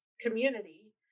community